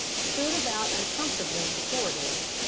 stood about uncomfortably in the corridors,